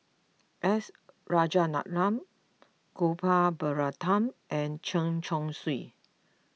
S Rajaratnam Gopal Baratham and Chen Chong Swee